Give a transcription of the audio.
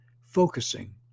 focusing